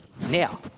now